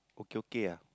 okay okay ah